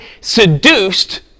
seduced